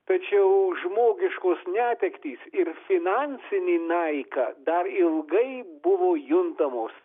tačiau žmogiškos netektys ir finansinė naika dar ilgai buvo juntamos